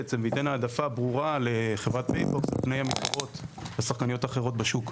בעצם וייתן העדפה ברורה לחברת פייבוקס על פני שחקניות אחרות בשוק?